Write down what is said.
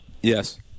Yes